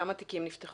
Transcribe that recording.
כמה תיקים נפתחו?